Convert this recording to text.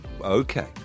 Okay